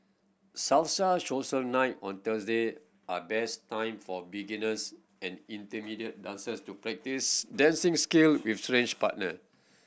salsa social nights on Thursday are best time for beginners and intermediate dancers to practice dancing skill with strange partner